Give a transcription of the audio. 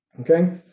Okay